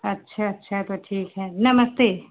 अच्छा अच्छा तो ठीक है नमस्ते